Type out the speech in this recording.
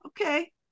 okay